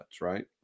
right